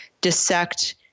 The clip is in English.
dissect